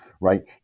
right